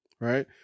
right